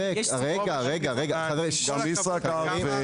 דבר נוסף: בשירותי תשלום, למשל, בכרטיס חיוב,